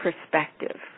perspective